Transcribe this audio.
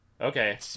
okay